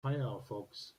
firefox